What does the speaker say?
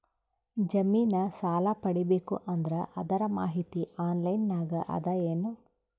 ಜಮಿನ ಸಾಲಾ ಪಡಿಬೇಕು ಅಂದ್ರ ಅದರ ಮಾಹಿತಿ ಆನ್ಲೈನ್ ನಾಗ ಅದ ಏನು?